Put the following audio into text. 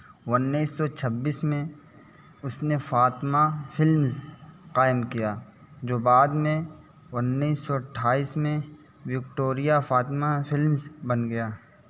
انیس سو چھبیس میں اس نے فاطمہ فلمز قائم کیا جو بعد میں انیس سو اٹھائیس میں وکٹوریہ فاطمہ فلمز بن گیا